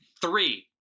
three